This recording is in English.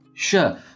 Sure